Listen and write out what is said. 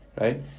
right